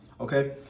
okay